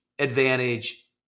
advantage